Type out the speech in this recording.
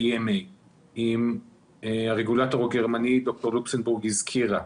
עם הרגולטור הגרמני שדוקטור לוקסנבורג הזכירה.